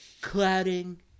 clouding